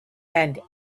and